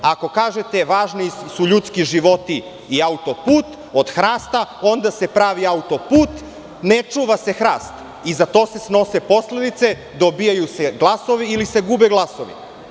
Ako kažete važni su ljudski životi i autoput od hrasta onda se pravi autoput, ne čuva se hrast i za to se snose posledice, dobijaju se glasovi ili se gube glasovi.